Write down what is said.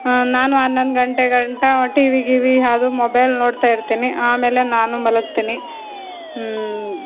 ನಾನು ಹನ್ನೊಂದು ಗಂಟೆ ಗಂಟ ಟಿವಿ ಗೀವಿ ಯಾವ್ದು ಮೊಬೈಲ್ ನೋಡ್ತಾ ಇರ್ತೀನಿ ಆಮೇಲೆ ನಾನು ಮಲಗ್ತೀನಿ